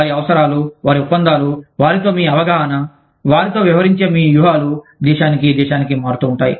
వారి అవసరాలు వారి ఒప్పందాలు వారితో మీ అవగాహన వారితో వ్యవహరించే మీ వ్యూహాలు దేశానికి దేశానికి మారుతూ ఉంటాయి